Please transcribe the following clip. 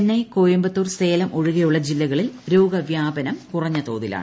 ചെന്നൈ കോയമ്പത്തൂർ സേലം ഒഴികെയുള്ള ജില്ലകളിൽ രോഗവ്യാപനം കുറഞ്ഞ തോതിലാണ്